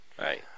Right